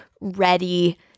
ready